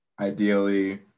ideally